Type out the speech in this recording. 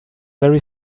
very